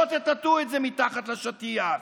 לא תטאטאו את זה מתחת לשטיח.